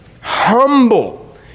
humble